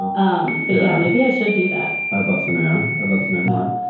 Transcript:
um but yeah maybe i should do that i'd love to now. i love the memoir.